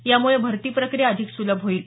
यामुळे भरती प्रक्रिया अधिक सुलभ होईल